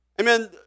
Amen